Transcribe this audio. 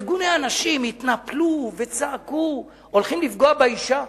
ארגוני הנשים התנפלו וצעקו שהולכים לפגוע באשה.